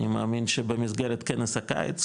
אני מאמין שבמסגרת כנס הקיץ,